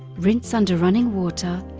rinse under running water,